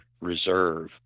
reserve